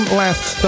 last